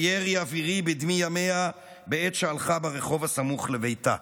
בירי אווירי בדמי ימיה בעת שהלכה ברחוב הסמוך לביתה,